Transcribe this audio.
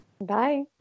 Bye